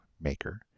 maker